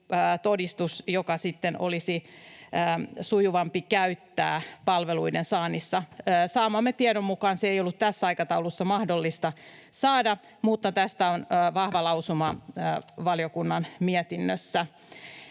jota sitten olisi sujuvampi käyttää palveluiden saannissa. Saamamme tiedon mukaan sitä ei ollut tässä aikataulussa mahdollista saada, mutta tästä on vahva lausuma valiokunnan mietinnössä.